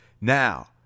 Now